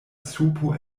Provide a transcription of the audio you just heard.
supo